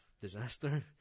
disaster